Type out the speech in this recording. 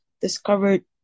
discovered